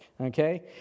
Okay